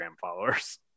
followers